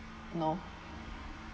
no